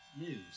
news